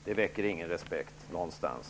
Det väcker ingen respekt någonstans.